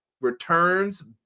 returns